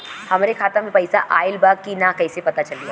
हमरे खाता में पैसा ऑइल बा कि ना कैसे पता चली?